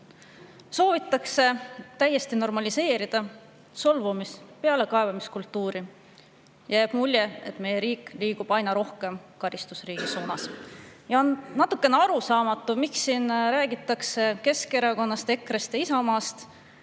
Soovitakse täiesti normaliseerida solvumis- ja pealekaebamiskultuuri. Jääb mulje, et meie riik liigub aina rohkem karistusriigi suunas. Ja on natuke arusaamatu, miks siin räägitakse Keskerakonnast, EKRE-st ja Isamaast.